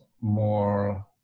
more